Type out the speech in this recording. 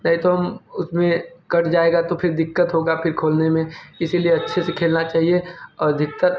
नहीं तो हम उसमें कट जाएगा तो फिर दिक्कत होगा फिर खोलने में इसलिए अच्छे से खेलना चाहिए अधिकतर